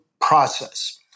process